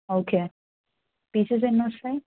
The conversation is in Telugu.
ఓకే పీసెస్ ఎన్ని వస్తాయి